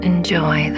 Enjoy